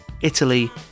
Italy